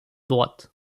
droite